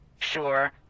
Sure